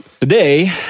Today